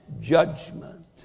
judgment